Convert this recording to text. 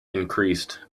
increased